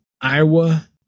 Iowa